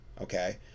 okay